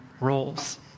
roles